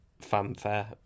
fanfare